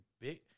big